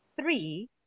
three